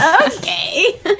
Okay